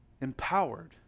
Empowered